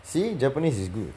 see japanese is good